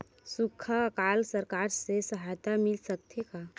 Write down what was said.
सुखा अकाल सरकार से सहायता मिल सकथे का?